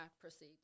proceed